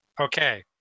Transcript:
Okay